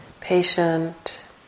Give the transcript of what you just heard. patient